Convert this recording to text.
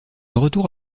retour